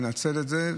מנצל את זה,